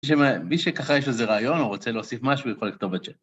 מי שככה יש לו איזה רעיון, או רוצה להוסיף משהו, יכול לכתוב בצ'ט